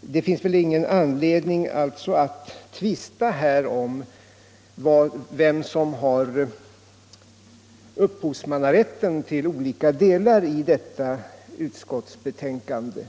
Det finns ingen anledning att tvista om vem som har upphovsmannarätten till olika delar i detta utskottsbetänkande.